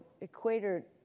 Equator